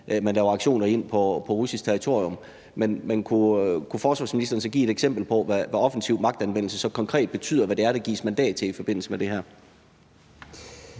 der rækker ind på russisk territorium, men kunne forsvarsministeren så give et eksempel på, hvad offensiv magtanvendelse konkret betyder, altså, hvad det er, der gives mandat til i forbindelse med det her?